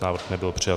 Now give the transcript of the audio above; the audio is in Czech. Návrh nebyl přijat.